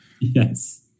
Yes